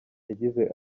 yagize